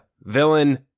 villain